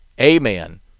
amen